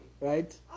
right